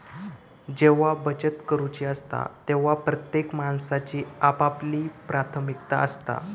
जेव्हा बचत करूची असता तेव्हा प्रत्येक माणसाची आपापली प्राथमिकता असता